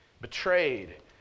betrayed